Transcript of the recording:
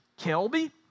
Kelby